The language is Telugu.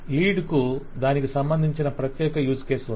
లీడ్ కు దానికి సంబంధించిన ప్రత్యేక యూజ్ కేస్ ఉంది